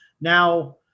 Now